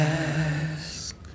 ask